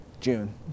June